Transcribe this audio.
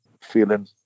feeling